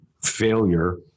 failure